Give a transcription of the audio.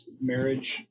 marriage